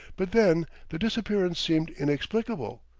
but then the disappearance seemed inexplicable,